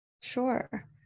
Sure